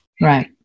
Right